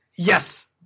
Yes